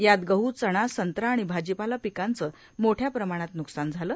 यात गह चणा संत्रा आणि भाजीपाला पिकाचं मोठ्या प्रमाणात न्कसान झालं